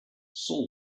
saul